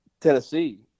Tennessee